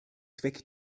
zweck